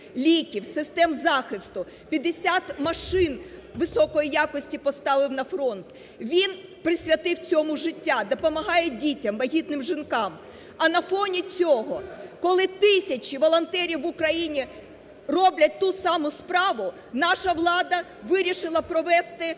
ліків, систем захисту, 50 машин високої якості поставив на фронт. Він присвятив цьому життя, допомагає дітям, вагітним жінкам. А на фоні цього, коли тисячі волонтерів в Україні роблять ту саму справу, наша влада вирішила провести